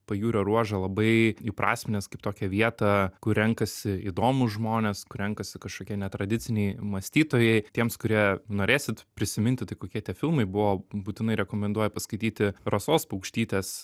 pajūrio ruožą labai įprasminęs kaip tokią vietą kur renkasi įdomūs žmonės kur renkasi kažkokie netradiciniai mąstytojai tiems kurie norėsit prisiminti tai kokie tie filmai buvo būtinai rekomenduoju paskaityti rasos paukštytės